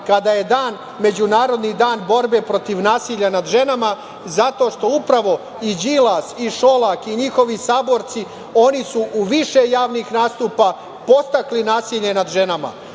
kada je Međunarodni dan borbe protiv nasilja nad ženama, zato što upravo i Đilas i Šolak i njihovi saborci, oni su u više javnih nastupa podstakli nasilje nad ženama.